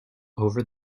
over